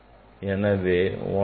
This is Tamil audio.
எனவே 1 by a மதிப்பு 0 ஆகும்